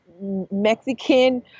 Mexican